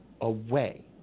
away